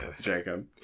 Jacob